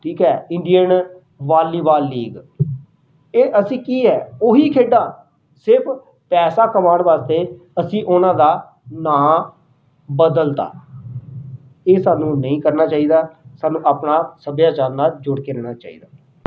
ਠੀਕ ਹੈ Indian volleyball league ਇਹ ਅਸੀਂ ਕੀ ਹੈ ਉਹੀ ਖੇਡਾਂ ਸਿਰਫ ਪੈਸਾ ਕਮਾਉਣ ਵਾਸਤੇ ਅਸੀਂ ਉਹਨਾਂ ਦਾ ਨਾਂ ਬਦਲ ਤਾ ਇਹ ਸਾਨੂੰ ਨਹੀਂ ਕਰਨਾ ਚਾਹੀਦਾ ਸਾਨੂੰ ਆਪਣਾ ਸੱਭਿਆਚਾਰ ਨਾਲ ਜੁੜ ਕੇ ਰਹਿਣਾ ਚਾਹੀਦਾ ਹੈ